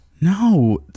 No